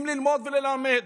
אם ללמוד וללמד,